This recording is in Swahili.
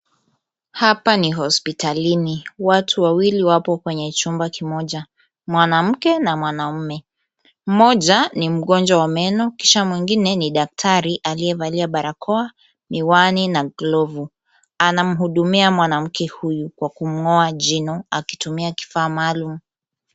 Hapa ni hospitalini. Watu wawili wapo kwenye chumba kimoja, mwanamke na mwanaume. Mmoja ni mgonjwa wa meno, kisha mwingine ni daktari aliyevalia barakoa, miwani na glovu. Anamhudumia mwanamke huyu kwa kumng'oa jino na kifaa maalum.